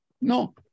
No